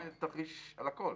אנחנו רוצים תרחיש על הכול.